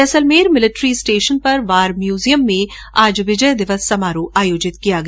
Jaisalmer military station के war museum में आज विजय दिवस समारोह आयोजित किया गया